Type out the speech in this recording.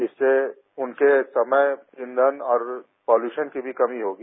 इससे उनके समय ईंधन और पॉल्यूशन की भी कमी होगी